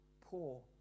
poor